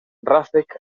ràfec